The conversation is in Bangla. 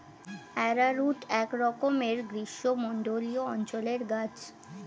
অ্যারারুট একরকমের গ্রীষ্মমণ্ডলীয় অঞ্চলের গাছ